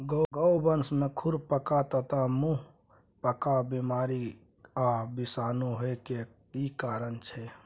गोवंश में खुरपका तथा मुंहपका बीमारी आ विषाणु होय के की कारण छै?